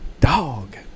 Dog